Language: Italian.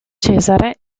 cesare